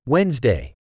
Wednesday